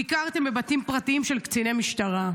ביקרתם בבתים פרטיים של קציני משטרה?